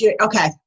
Okay